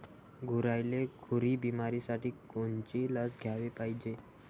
गुरांइले खुरी बिमारीसाठी कोनची लस द्याले पायजे?